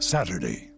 Saturday